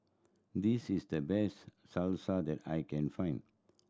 this is the best Salsa that I can find